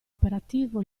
operativo